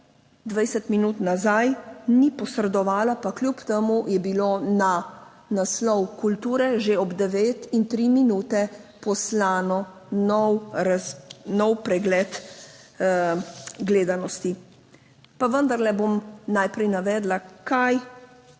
20 minut nazaj ni posredovala, pa kljub temu je bilo na naslov kulture že ob 9 in 3 minute poslan nov pregled gledanosti. Pa vendarle bom najprej navedla, kaj